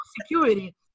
security